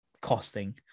costing